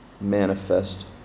manifest